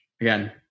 Again